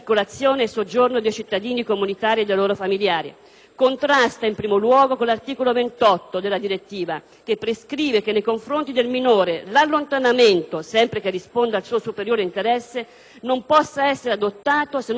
Contrasta altresì con l'articolo 28 della direttiva, che prescrive che, nei confronti del minore, l'allontanamento - sempre che risponda al suo superiore interesse - non possa essere adottato se non in presenza di motivi imperativi di pubblica sicurezza.